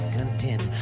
content